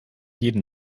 jeden